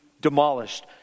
demolished